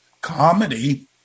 comedy